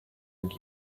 and